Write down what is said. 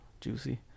juicy